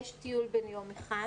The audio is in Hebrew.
יש סיור בן יום אחד.